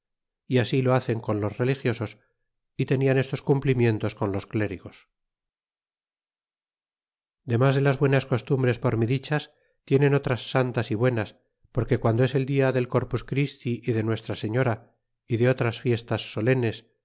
y así lo hacen con los religiosos y tenian estos cumplimientos con los clérigos demas de las buenas costumbres por mí dichas tienen otras santas y buenas porque guando es el dia del corpus christi y de nuestra señora y de otras fiestas solenes